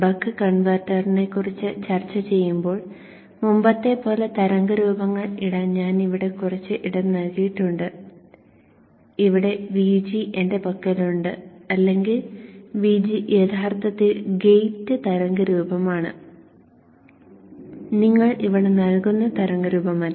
buck കൺവെർട്ടറിനെ കുറിച്ച് ചർച്ച ചെയ്യുമ്പോൾ മുമ്പത്തെപ്പോലെ തരംഗരൂപങ്ങൾ ഇടാൻ ഞാൻ ഇവിടെ കുറച്ച് ഇടം നൽകിയിട്ടുണ്ട് ഇവിടെ Vg എന്റെ പക്കലുണ്ട് അല്ലെങ്കിൽ Vg യഥാർത്ഥത്തിൽ ഗേറ്റ് തരംഗരൂപമാണ് നിങ്ങൾ ഇവിടെ നൽകുന്ന തരംഗരൂപമല്ല